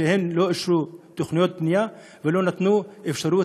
שלא אישרו תוכניות בנייה ולא נתנו אפשרות